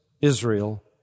Israel